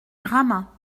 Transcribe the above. gramat